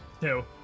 Two